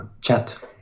chat